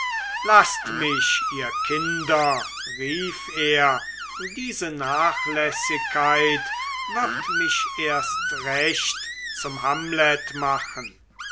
laßt mich ihr kinder rief er diese nachlässigkeit wird mich erst recht zum hamlet machen